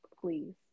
please